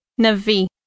Navi